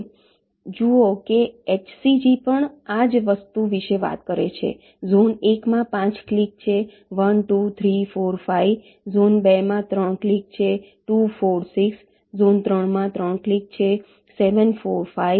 તમે જુઓ છો કે HCG પણ આ જ વસ્તુ વિશે વાત કરે છે ઝોન 1 માં 5 ક્લીક છે 1 2 3 4 5 ઝોન 2 માં 3 ક્લીક છે 2 4 6 ઝોન 3 માં 3 ક્લીક છે 7 4 5